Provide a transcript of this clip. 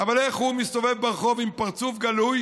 אבל איך הוא מסתובב ברחוב עם פרצוף גלוי